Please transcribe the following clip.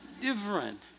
different